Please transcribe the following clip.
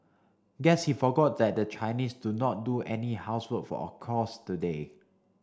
guess he forgot that the Chinese do not do any housework for today